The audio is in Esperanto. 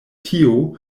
tio